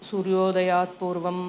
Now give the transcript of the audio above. सूर्योदयात् पूर्वं